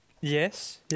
Yes